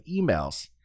emails